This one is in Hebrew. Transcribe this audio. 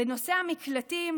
בנושא המקלטים,